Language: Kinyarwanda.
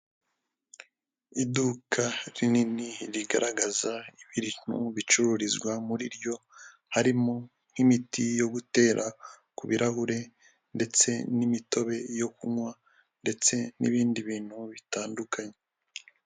Iduka rinini rigaragaza ibintu bicururizwa muri ryo harimo nk'imiti yo gutera ku birarahure ndetse n'imitobe yo kunywa ndetse n'ibindi bintu bitandukanye.